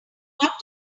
got